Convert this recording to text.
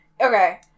okay